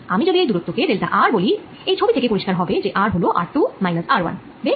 আমি যদি এই দুরত্ব কে ডেল্টা r বলি এই ছবি থেকে পরিষ্কার হবে যে r হল r2 r1বেশ